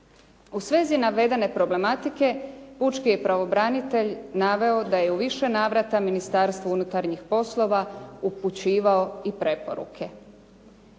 U svezi navedene problematike pučki je pravobranitelj naveo da je u više navrata Ministarstvu unutarnjih poslova upućivao i preporuke.